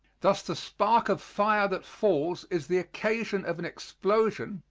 thus the spark of fire that falls is the occasion of an explosion,